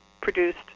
produced